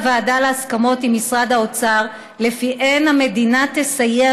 הוועדה להסכמות עם משרד האוצר שלפיהן המדינה תסייע